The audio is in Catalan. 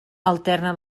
alterna